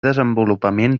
desenvolupament